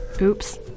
Oops